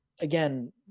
Again